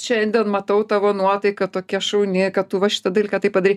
šiandien matau tavo nuotaika tokia šauni kad tu va šitą dalyką taip padarei